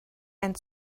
and